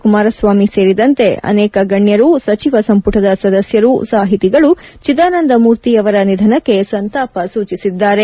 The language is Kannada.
ಕುಮಾರಸ್ವಾಮಿ ಸೇರಿದಂತೆ ಅನೇಕ ಗಣ್ಣರು ಸಚಿವ ಸಂಪುಟದ ಸದಸ್ದರು ಸಾಹಿತಿಗಳು ಚಿದಾನಂದಮೂರ್ತಿಯವರ ನಿಧನಕ್ಕೆ ಸಂತಾಪ ಸೂಚಿಸಿದ್ದಾರೆ